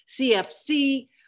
CFC